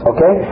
Okay